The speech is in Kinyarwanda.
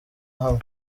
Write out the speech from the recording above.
hamwe